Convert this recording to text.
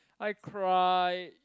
I cry